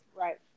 Right